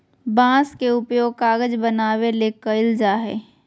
बांस के उपयोग कागज बनावे ले कइल जाय हइ